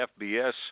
FBS